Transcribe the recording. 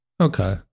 Okay